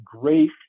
great